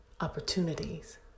opportunities